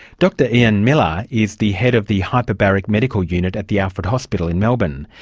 dr ian millar is the head of the hyperbaric medical unit at the alfred hospital in melbourne.